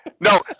No